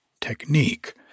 technique